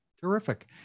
terrific